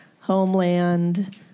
Homeland